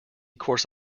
course